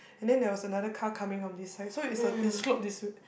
and then there was another car coming on this side so it's a it slope this way